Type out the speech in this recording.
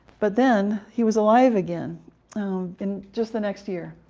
but then he was alive again in just the next year.